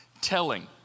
telling